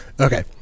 Okay